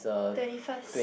twenty first